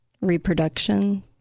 reproduction